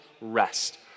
rest